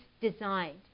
designed